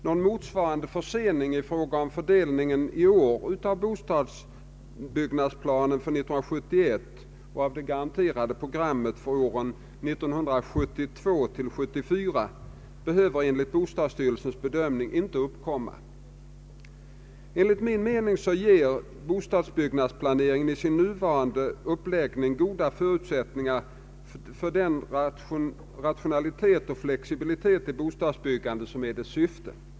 Någon motsvarande försening i fråga om fördelningen i år av bostadsbyggnadsplanen för år 1971 och av de garanterade programmen för åren 1972—1974 behöver enligt bostadsstyrelsens bedömning inte uppkomma. Enligt min mening ger bostadsbyggnadsplaneringen i sin nuvarande uppläggning goda förutsättningar för den rationalitet och flexibilitet i bostadsbyggandet som är dess syfte.